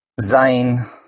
sein